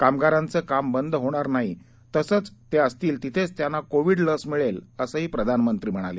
कामगारांचं काम बंद होणार नाही तसंच ते असतील तिथेच त्यांना कोविड लस मिळेल असंही ते म्हणाले